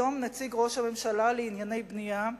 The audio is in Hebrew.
היום נציג ראש הממשלה לענייני בנייה,